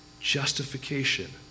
justification